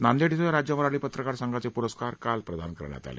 नांदेड श्व राज्य मराठी पत्रकार संघाचे पुरस्कार काल प्रदान करण्यात आले